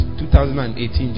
2018